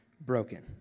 broken